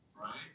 Right